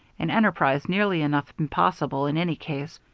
an enterprise nearly enough impossible in any case,